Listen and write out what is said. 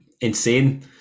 insane